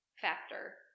factor